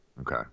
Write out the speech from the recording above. Okay